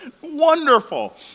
Wonderful